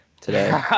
today